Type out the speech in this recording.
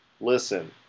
listen